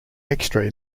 extra